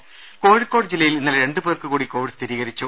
രുമ കോഴിക്കോട് ജില്ലയിൽ ഇന്നലെ രണ്ട് പേർക്ക് കൂടി കോവിഡ് സ്ഥിരീകരിച്ചു